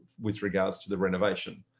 with regards to the renovation,